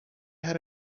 had